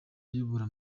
ayobora